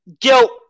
guilt